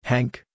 Hank